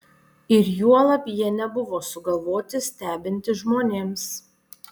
ir juolab jie nebuvo sugalvoti stebinti žmonėms